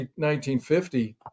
1950